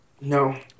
no